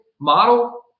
model